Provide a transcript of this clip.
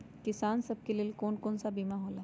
किसान सब के लेल कौन कौन सा बीमा होला?